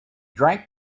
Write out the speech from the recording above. drank